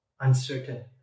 uncertain